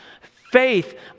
Faith